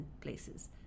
places